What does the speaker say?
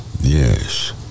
Yes